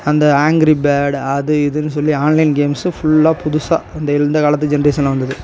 அந்த ஆங்ரிபேர்ட் அது இதுன்னு சொல்லி ஆன்லைன் கேம்ஸு ஃபுல்லாக புதுசாக அந்த இந்த காலத்து ஜென்ரேஷனில் வந்தது